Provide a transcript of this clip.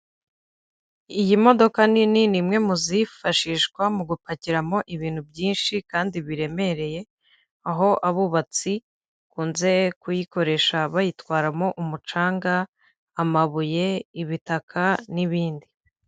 Iyi modoka nini ni imwe muzifashishwa, mu gupakiramo ibintu byinshi kandi biremereye, aho abubatsi bakunze kuyikoresha, bayitwaramo umucanga, amabuye, ibitaka n'ibindi.